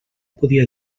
podia